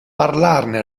parlarne